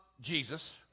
Jesus